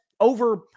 over